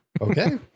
okay